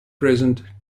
present